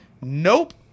nope